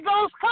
Ghost